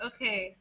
Okay